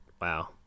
Wow